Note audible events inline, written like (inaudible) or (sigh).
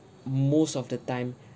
most of the time (breath)